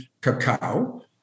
cacao